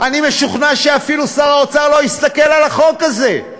אני משוכנע שאפילו שר האוצר לא הסתכל על החוק הזה.